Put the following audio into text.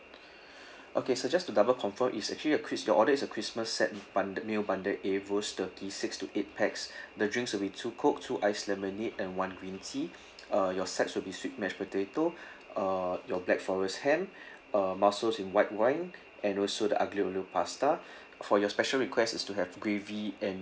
okay sir just to double confirm it's actually a chris~ your order is a christmas set bund~ meal bundle A roast turkey six to eight pax the drinks will be two coke two iced lemonade and one green tea uh your sides will be sweet mashed potato uh your black forest ham uh mussels in white wine and also the aglio olio pasta for your special request is to have gravy and